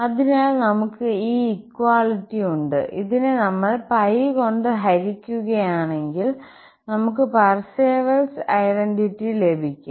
അതിനാൽ നമുക്ക് ഈ ഇക്വാളിറ്റി ഉണ്ട് ഇതിനെ നമ്മൾ കൊണ്ട് ഹരിക്കുകയാണെങ്കിൽ നമുക്ക് പർസേവൽസ് ഐഡന്റിറ്റി ലഭിക്കും